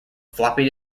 floppy